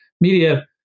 media